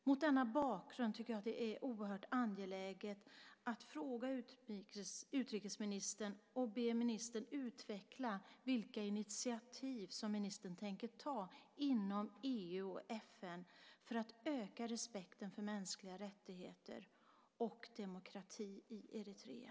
Mot denna bakgrund tycker jag att det är oerhört angeläget att fråga utrikesministern och be honom utveckla vilka initiativ som ministern tänker ta inom EU och FN för att öka respekten för mänskliga rättigheter och demokrati i Eritrea.